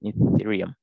Ethereum